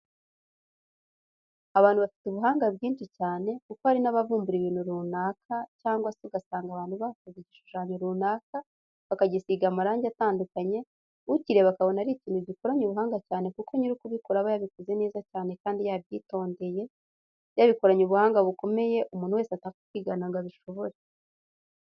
Abantu bafite ubuhanga bwinshi cyane kuko hari n'abavumbura ibintu runaka, cyangwa se ugasanga abantu bakoze igishushanyo runaka bakagisiga amarangi atandukanye, ukireba akabona ko ari ikintu gikoranye ubuhanga cyane kuko nyiri kubikora aba yabikoze neza cyane kandi yabyitondeye, yabikoranye ubuhanga bukomeye umuntu wese atapfa kwigana ngo abishobore.